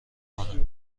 کنم